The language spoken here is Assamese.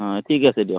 অঁ ঠিক আছে দিয়ক